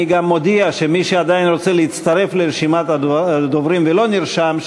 אני גם מודיע שמי שעדיין רוצה להצטרף לרשימת הדוברים ולא נרשם,